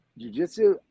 jujitsu